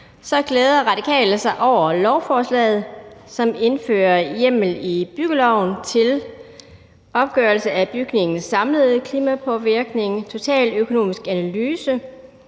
glæder Radikale sig over lovforslaget, som indfører hjemmel i byggeloven til opgørelse af bygningens samlede klimapåvirkning, fastsættelse